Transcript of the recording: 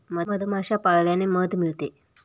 मधमाश्या पाळल्याने मध मिळते